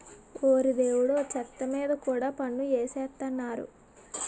ఓరి దేవుడో చెత్త మీద కూడా పన్ను ఎసేత్తన్నారు